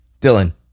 dylan